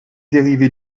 dérivé